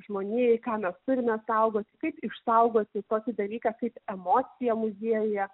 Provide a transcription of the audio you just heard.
žmonijai ką mes turime saugoti kaip išsaugoti tokį dalyką kaip emocija muziejuje